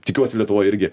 tikiuosi lietuvoj irgi